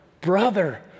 brother